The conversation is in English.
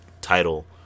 title